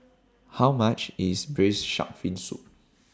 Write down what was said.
How much IS Braised Shark Fin Soup